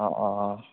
অঁ অঁ অঁ